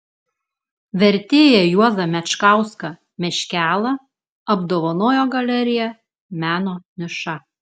vertėją juozą mečkauską meškelą apdovanojo galerija meno niša